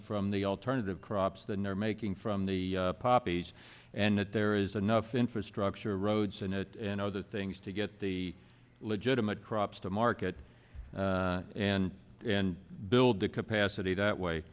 from the alternative crops than they're making from the poppies and that there is enough infrastructure roads in it and other things to get the legitimate crops to market and and build the capacity that way